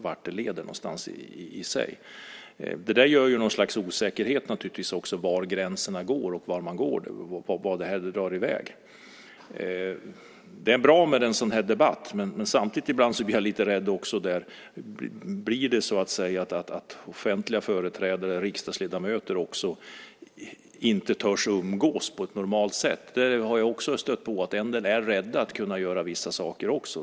Detta leder naturligtvis till att det blir något slags osäkerhet om var gränserna går och vart detta drar i väg. Det är bra med en sådan här debatt. Men samtidigt blir jag ibland lite rädd för att offentliga företrädare, även riksdagsledamöter, inte ska våga umgås på ett normalt sätt. Jag har stött på att en del är rädda för att göra vissa saker.